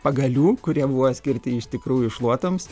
pagalių kurie buvo skirti iš tikrųjų šluotoms